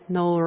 no